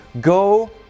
go